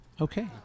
Okay